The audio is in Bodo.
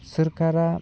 सरखारा